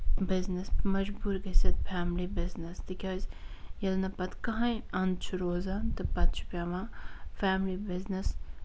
business مجبوٗر گٔژِتھ family business تِکیٛازِ ییٚلہِ نہٕ پَتہٕ کٕہٕنٛے اَنٛد چھُ روزان پَتہٕ چھُ پیٚوان فیملی بِزنِس